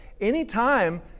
Anytime